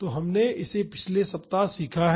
तो हमने इसे पिछले सप्ताह सीखा है